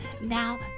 now